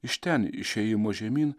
iš ten iš ėjimo žemyn